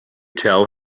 tell